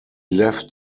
left